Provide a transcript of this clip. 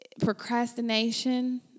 Procrastination